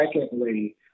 secondly